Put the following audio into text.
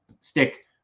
stick